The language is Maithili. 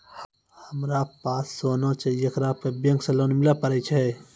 हमारा पास सोना छै येकरा पे बैंक से लोन मिले पारे छै?